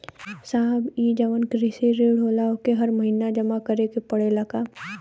साहब ई जवन कृषि ऋण होला ओके हर महिना जमा करे के पणेला का?